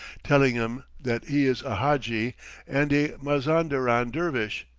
telling them that he is a hadji and a mazanderan dervish,